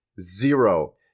zero